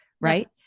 right